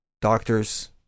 doctors